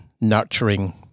nurturing